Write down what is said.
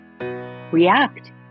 react